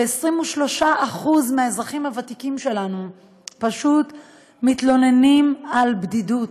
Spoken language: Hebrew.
ו-23% מהאזרחים הוותיקים שלנו מתלוננים על בדידות.